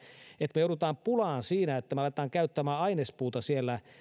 että me joudumme pulaan siinä että me alamme käyttämään ainespuuta siellä